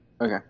Okay